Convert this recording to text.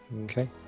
Okay